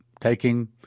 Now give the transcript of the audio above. taking